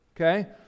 Okay